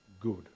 good